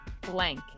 blank